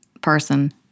person